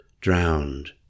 drowned